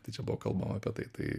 tai čia buvo kalbama apie tai tai